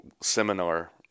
seminar